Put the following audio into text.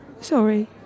sorry